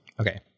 Okay